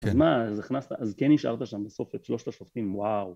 אז מה, אז הכנסת..אז כן השארת שם בסוף את שלושת השופטים, וואו!